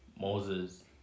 Moses